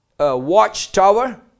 watchtower